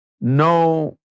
no